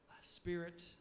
spirit